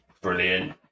brilliant